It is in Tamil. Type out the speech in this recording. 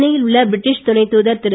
சென்னையில் உள்ள பிரட்டீஷ் துணைத் தூதர் திரு